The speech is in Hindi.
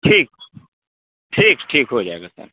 ठीक ठीक ठीक हो जाएगा सर